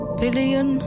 billion